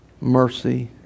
Mercy